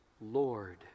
Lord